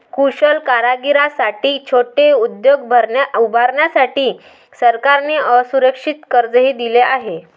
कुशल कारागिरांसाठी छोटे उद्योग उभारण्यासाठी सरकारने असुरक्षित कर्जही दिले आहे